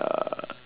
uh